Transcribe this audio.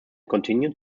continued